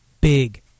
big